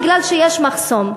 בגלל שיש מחסום,